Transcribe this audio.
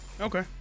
Okay